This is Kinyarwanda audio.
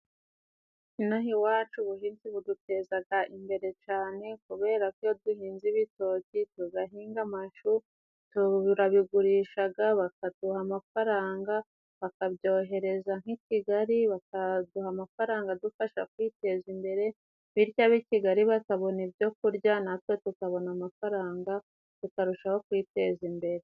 Inaha iwacu ubuhinzi budutezaga imbere cane, kubera ko iyo duhinze ibitoki tugahinga amashu turabigurishaga, bakaduha amafaranga, bakabyohereza nk'i Kigali bakaduha amafaranga adufasha kwiteza imbere, bityo ab'i Kigali bakabona ibyo kurya natwe tukabona amafaranga tukarushaho kwiteza imbere.